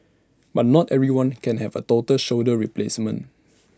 but not everyone can have A total shoulder replacement